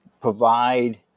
provide